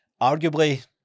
arguably